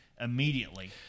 immediately